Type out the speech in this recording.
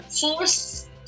Force